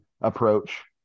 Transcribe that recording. approach